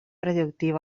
radioactiva